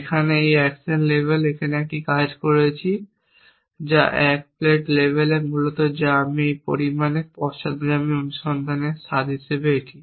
এখানে তাই আমরা অ্যাকশন লেভেলে একটি কাজ করছি যা 1 প্ল্যাট লেভেলে মূলত যা আমি কিছু পরিমাণে পশ্চাদগামী অনুসন্ধানের স্বাদ হিসাবে এটি